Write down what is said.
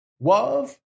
love